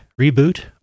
reboot